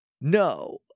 no